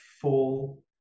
full